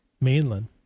mainland